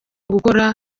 gukora